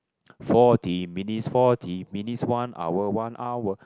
forty minutes forty minutes one hour one hour